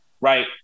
right